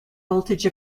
voltage